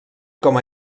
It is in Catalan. com